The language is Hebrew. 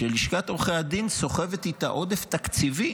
שלשכת עורכי הדין סוחבת איתה עודף תקציבי